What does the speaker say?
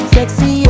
Sexy